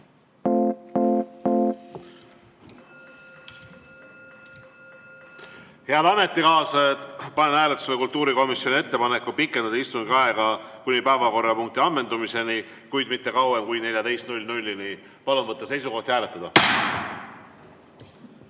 Head ametikaaslased, panen hääletusele kultuurikomisjoni ettepaneku pikendada istungi aega kuni päevakorrapunkti ammendumiseni, kuid mitte kauem kui kella 14‑ni. Palun võtta seisukoht ja hääletada!